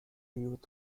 youth